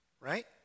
right